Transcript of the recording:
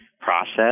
process